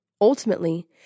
Ultimately